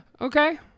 Okay